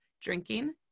drinking